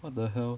what the hell